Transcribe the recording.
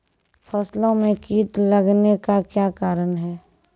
फसलो मे कीट लगने का क्या कारण है?